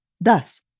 Thus